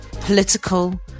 political